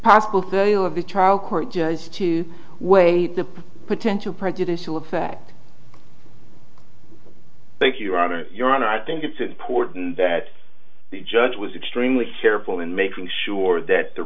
possible sale of the trial court judge to weigh the potential prejudicial effect thank you your honor i think it's important that the judge was extremely careful in making sure that the